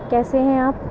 کیسے ہیں آپ